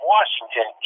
Washington